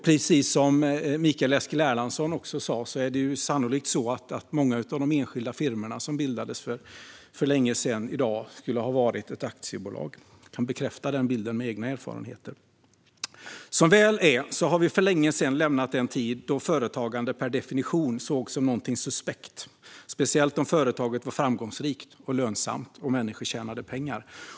Precis som Mikael Eskilandersson sa är det sannolikt så att många av de enskilda firmorna som bildades för länge sedan i dag skulle ha varit aktiebolag. Jag kan bekräfta den bilden med egna erfarenheter. Som väl är har vi för länge sedan lämnat den tid då företagande per definition sågs som något suspekt, speciellt om företaget var framgångsrikt och lönsamt och människor tjänade pengar.